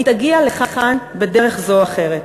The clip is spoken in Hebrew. תגיע לכאן בדרך זו או אחרת,